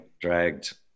dragged